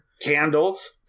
candles